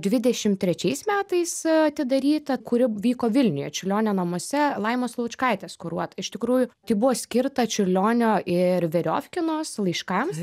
dvidešimt trečiais metais atidaryta kuri vyko vilniuje čiurlionio namuose laimos laučkaitės kuruota iš tikrųjų tai buvo skirta čiurlionio ir veriovkinos laiškams